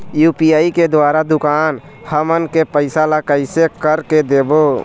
UPI के द्वारा दुकान हमन के पैसा ला कैसे कर के देबो?